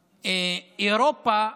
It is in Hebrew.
אירופה,